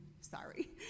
sorry